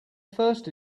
first